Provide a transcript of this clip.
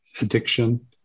addiction